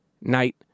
night